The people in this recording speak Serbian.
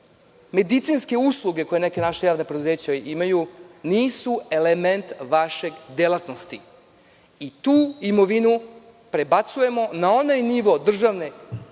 medicinske usluge koje neka naša javna preduzeća imaju, nisu element vaše delatnosti i tu imovinu prebacujemo na onaj nivo državnog